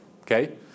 okay